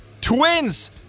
Twins